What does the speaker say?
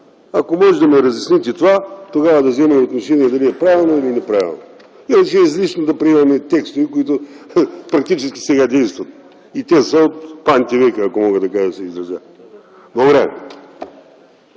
Ако можете да ми разясните това – тогава да взема отношение дали е правилно или неправилно. Излишно е да приемаме текстове, които практически сега действат и те са от памтивека, ако мога така да се изразя.